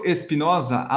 Espinosa